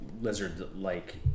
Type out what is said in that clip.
lizard-like